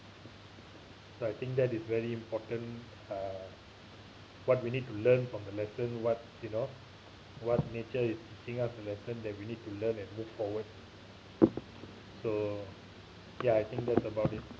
so I think that is very important uh what we need to learn from the lesson what you know what nature is teaching us a lesson that we need to learn and move forward so ya I think that's about it